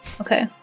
Okay